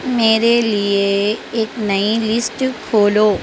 میرے لیے ایک نئی لسٹ کھولو